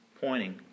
pointing